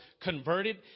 converted